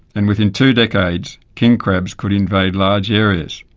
and within two decades king crabs could invade large areas.